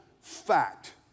fact